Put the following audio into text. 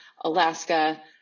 Alaska